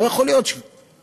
לא יכול להיות שלצרכים